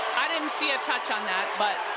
i didn't see a touch on that, but,